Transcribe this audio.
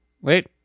Wait